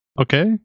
okay